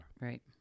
Right